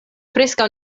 preskaŭ